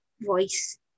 voice